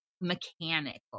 mechanical